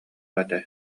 этэ